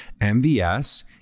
MVS